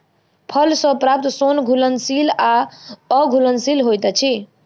फल सॅ प्राप्त सोन घुलनशील वा अघुलनशील होइत अछि